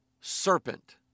serpent